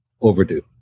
overdue